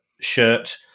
shirt